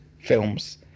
films